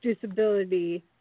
disability